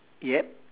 yet